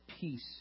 peace